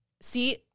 see